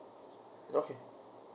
okay